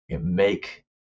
make